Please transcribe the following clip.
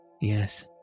Yes